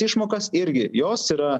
išmokas irgi jos yra